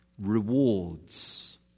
rewards